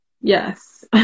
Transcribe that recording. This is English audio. yes